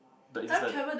the instant